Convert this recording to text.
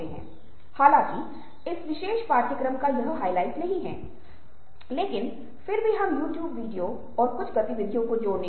अपने आप को किसी और की स्थिति में रखने की कोशिश करें जाहिर तौर पर यह मुश्किल होगा लेकिन एक समय के बाद आप दूसरों के दृष्टिकोण से सोच सकते हैं